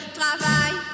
travail